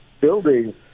building